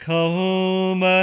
Come